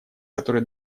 который